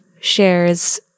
shares